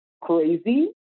crazy